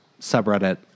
subreddit